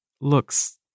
looks